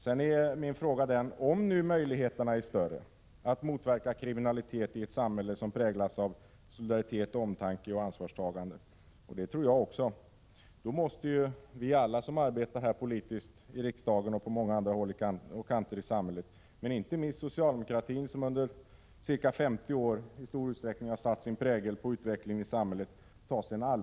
Vidare menar jag att om nu möjligheterna är större att motverka kriminalitet i ett samhälle som präglas av solidaritet, omtanke och ansvarstagande — jag tror också att det förhåller sig så — måste ju alla vi som arbetar politiskt i riksdagen och på andra håll i samhället få en allvarlig tankeställare. Det gäller inte minst socialdemokratin, som under ca 50 år i stor utsträckning har satt sin prägel på utvecklingen.